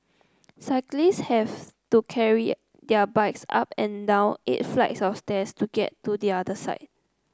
cyclists have to carry their bikes up and down eight flights of stairs to get to the other side